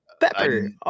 pepper